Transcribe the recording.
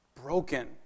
broken